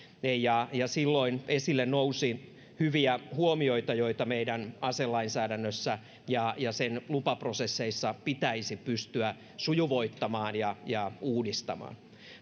ja silloin esille nousi hyviä huomioita joita meidän aselainsäädännössä ja sen lupaprosesseissa pitäisi pystyä sujuvoittamaan ja ja uudistamaan